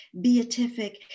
Beatific